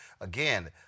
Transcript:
Again